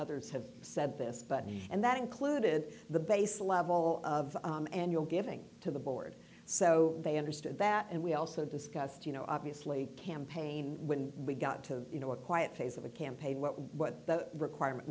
others have said this but and that included the base level of annual giving to the board so they understood that and we also discussed you know obviously campaign when we got to you know a quiet phase of a campaign what the requirement